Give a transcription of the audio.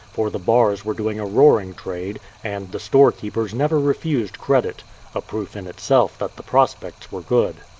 for the bars were doing a roaring trade, and the storekeepers never refused credit a proof in itself that the prospects were good.